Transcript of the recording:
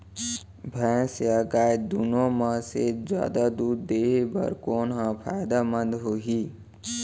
भैंस या गाय दुनो म से जादा दूध देहे बर कोन ह फायदामंद होही?